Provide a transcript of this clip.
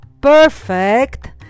perfect